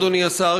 אדוני השר,